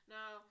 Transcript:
Now